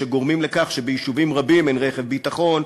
כשנגרם מכך שביישובים רבים אין רכב ביטחון,